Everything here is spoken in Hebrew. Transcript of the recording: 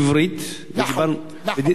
עברית, נחלית.